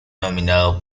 nominado